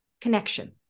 connection